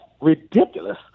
ridiculous